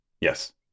Yes